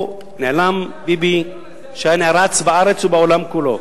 לאן נעלם ביבי שהיה נערץ בארץ ובעולם כולו?